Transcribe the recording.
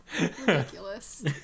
Ridiculous